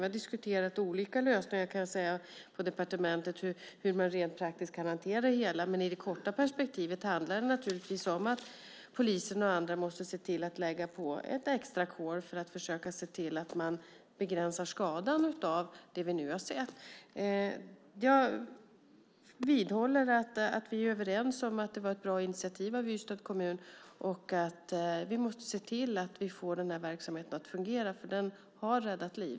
Vi har diskuterat olika lösningar på departementet för hur man rent praktiskt kan hantera det hela. I det korta perspektivet handlar det om att polisen och andra måste se till att lägga på ett extra kol för att försöka se till att man begränsar skadan av det vi nu har sett. Jag vidhåller att vi är överens om att det var ett bra initiativ av Ystads kommun. Vi måste se till att få verksamheten att fungera. Den har räddat liv.